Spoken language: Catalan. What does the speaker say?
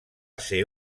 ser